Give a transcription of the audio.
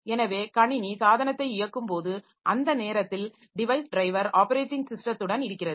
எனவே கணினி சாதனத்தை இயக்கும்போது அந்த நேரத்தில் டிவைஸ் டிரைவர் ஆப்பரேட்டிங் ஸிஸ்டத்துடன் இருக்கிறது